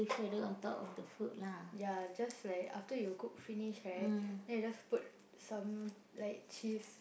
ya just like after you cook finish right then you just put some like cheese